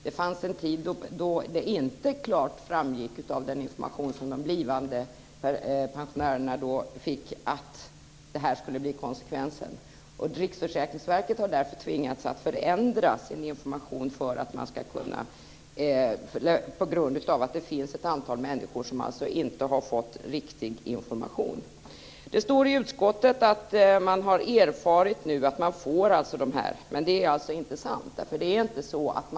Det fanns en tid då det inte klart framgick av den information som de blivande pensionärerna fick att det här skulle bli konsekvensen. Riksförsäkringsverket har tvingats förändra sin information på grund av att det finns ett antal människor som inte har fått riktig information. Det står att man enligt utskottet har erfarit att man får det här. Men det är alltså inte sant.